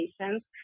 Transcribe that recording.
patients